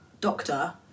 doctor